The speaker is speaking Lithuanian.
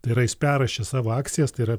tai yra jis perrašė savo akcijas tai yra